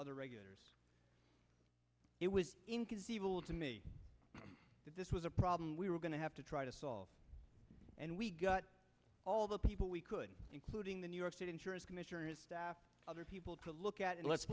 other regulators it was inconceivable to me that this was a problem we were going to have to try to solve and we got all the people we could including the new york state insurance commissioner other people to look at it